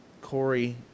Corey